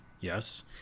yes